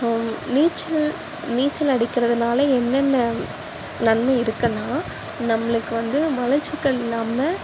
நீச்சல் நீச்சல் அடிக்கிறதுனால என்னென்ன நன்மை இருக்குதுன்னா நம்மளுக்கு வந்து மலச்சிக்கல் இல்லாமல்